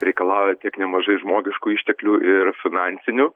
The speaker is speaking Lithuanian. reikalauja tiek nemažai žmogiškųjų išteklių ir finansinių